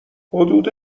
حدود